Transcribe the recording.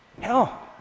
Hell